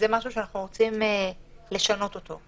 זה משהו שאנחנו רוצים לשנות אותו.